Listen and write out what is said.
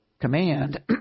command